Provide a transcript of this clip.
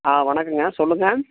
ஆ வணக்கம்ங்க சொல்லுங்கள்